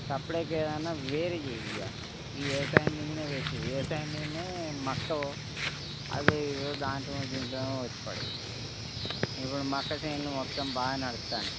చప్పుడు చేయకా ఏదన్నా వేరే చెయ్యి ఇక ఈ వ్యవసాయం మీదనే పెట్టు వ్యవసాయం మీదనే మక్కలు అదో ఏదో దాంట్లోనో దీంట్లోనో వచ్చి పాడయ్యి ఇప్పుడు మక్క చేనులు మొత్తం బాగా నడుస్తాన్నాయి